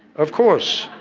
of course,